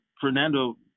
fernando